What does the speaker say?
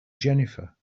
jennifer